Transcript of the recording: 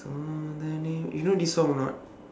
so many you know this song or not